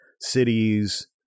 cities